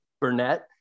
Burnett